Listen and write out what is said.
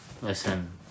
Listen